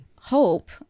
hope